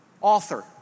author